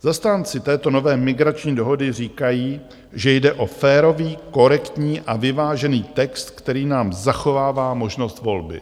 Zastánci této nové migrační dohody říkají, že jde o férový, korektní a vyvážený text, který nám zachovává možnost volby.